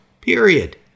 period